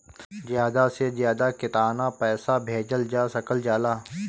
ज्यादा से ज्यादा केताना पैसा भेजल जा सकल जाला?